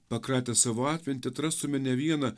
pakratę savo atmintį atrastume ne vieną